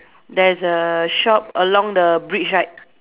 there's a shop along the bridge right